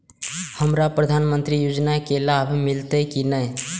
हमरा प्रधानमंत्री योजना के लाभ मिलते की ने?